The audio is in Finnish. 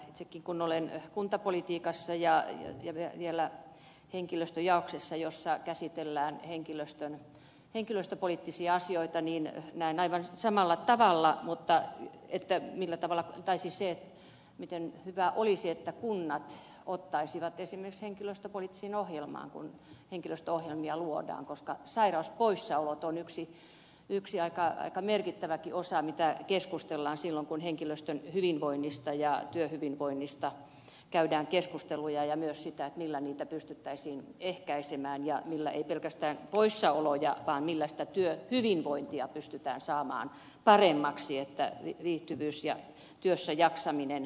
itsekin kun olen kuntapolitiikassa ja vielä henkilöstöjaoksessa jossa käsitellään henkilöstöpoliittisia asioita niin näen aivan samalla tavalla että miten hyvä olisi että kunnat ottaisivat asian esimerkiksi henkilöstöpoliittiseen ohjelmaan kun henkilöstöohjelmia luodaan koska sairauspoissaolot on yksi aika merkittäväkin osa mistä keskustellaan silloin kun henkilöstön hyvinvoinnista ja työhyvinvoinnista käydään keskusteluja ja myös siitä millä niitä pystyttäisiin ehkäisemään ja ei puhuta pelkästään poissaoloista vaan siitä millä työhyvinvointia pystytään saamaan paremmaksi että viihtyvyys ja työssäjaksaminen lisääntyy